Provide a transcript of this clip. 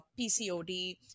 pcod